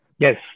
Yes